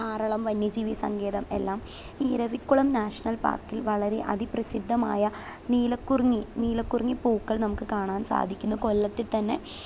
ആറളം വന്യജീവിസങ്കേതം എല്ലാം ഈ ഇരവിക്കുളം നാഷണൽ പാർക്കില് വളരെ അതി പ്രസിദ്ധമായ നീലക്കുറിഞ്ഞി നീലക്കുറിഞ്ഞി പൂക്കൾ നമുക്ക് കാണാൻ സാധിക്കുന്നു കൊല്ലത്തില്ത്തന്നെ